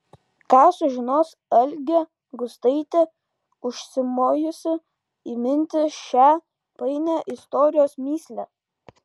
ką sužinos algė gustaitė užsimojusi įminti šią painią istorijos mįslę